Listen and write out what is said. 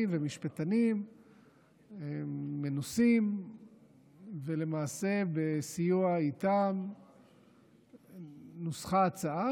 ומשפטנים מנוסים ובסיוע איתם נוסחה ההצעה,